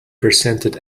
presented